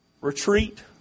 retreat